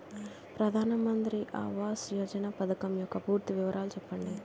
ప్రధాన మంత్రి ఆవాస్ యోజన పథకం యెక్క పూర్తి వివరాలు చెప్పండి?